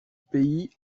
pays